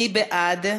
מי בעד?